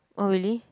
oh really